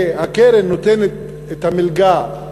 הקרן נותנת את המלגה,